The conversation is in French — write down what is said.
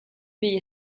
payé